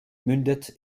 mündet